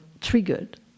triggered